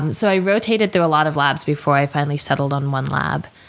so, i rotated through a lot of labs before i finally settled on one lab.